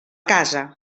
casa